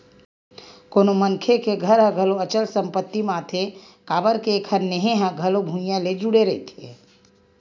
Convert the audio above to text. कोनो मनखे के घर ह घलो अचल संपत्ति म आथे काबर के एखर नेहे ह घलो भुइँया ले जुड़े रहिथे